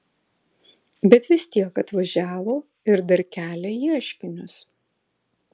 bet vis tiek atvažiavo ir dar kelia ieškinius